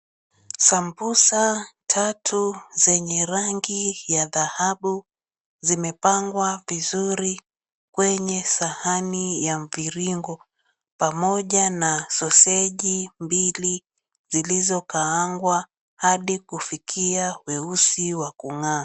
Sambusa tatu zenye rangi ya dhahabu, zimepangwa vizuri kwenye sahani ya mviringo pamoja na soseji mbili zilizokaangwa hadi kufikia weusi wa kung'aa.